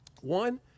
One